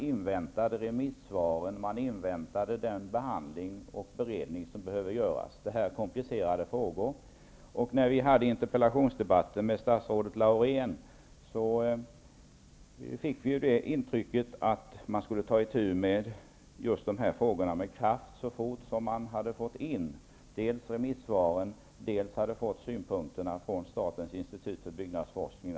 Så var det också under den tid Socialdemokraterna satt i regeringsställning. Detta är komplicerade frågor. När vi hade interpellationsdebatten med statsrådet Laurén fick vi intrycket att man skulle ta itu med dessa frågor med kraft så fort man hade fått in remissvaren och synpunkterna när det gäller bruksvärdessystemet från statens institut för byggnadsforskning.